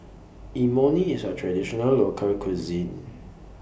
Imoni IS A Traditional Local Cuisine